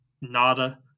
nada